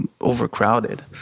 overcrowded